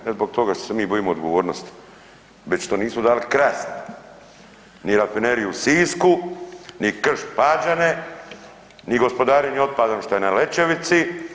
Ne zbog toga što se mi bojimo odgovornosti, već što nismo dali krasti ni Rafineriju u Sisku, ni Krš Pađane, ni gospodarenje otpadom što je na Lečevici.